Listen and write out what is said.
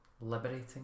Liberating